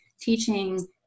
teaching